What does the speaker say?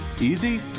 easy